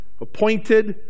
appointed